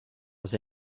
was